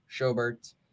schobert